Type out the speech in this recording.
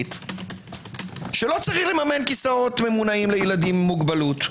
להחליט שלא צריך לממן כיסאות ממונעים לילדים עם מוגבלות.